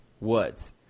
Woods